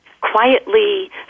quietly